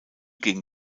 gegen